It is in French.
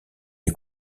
les